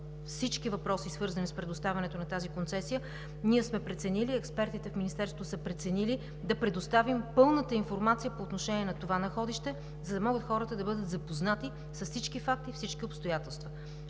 всички въпроси, свързани с предоставянето на тази концесия, ние с експертите в Министерството сме преценили да предоставим пълната информация по отношение на това находище, за да могат хората да бъдат запознати с всички факти и обстоятелства.